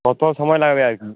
কতো সময় লাগবে আর কি